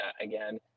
again